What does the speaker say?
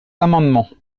amendements